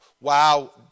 Wow